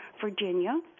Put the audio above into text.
Virginia